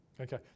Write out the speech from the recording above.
Okay